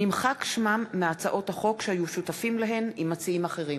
נמחק שמם מהצעות החוק שהם היו שותפים להן עם מציעים אחרים.